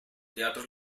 teatros